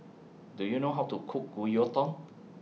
Do YOU know How to Cook Gyudon